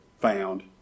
found